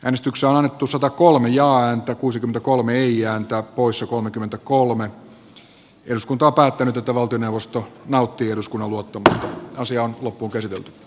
ensin äänestetään juha rehulan ehdotuksesta arja juvosen ehdotusta vastaan ja sen jälkeen siitä nauttiiko valtioneuvosto eduskunnan luottamusta